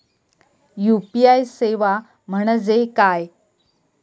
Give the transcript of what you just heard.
UPI सेवा म्हणजे काय?